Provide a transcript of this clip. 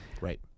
Right